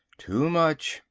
too much,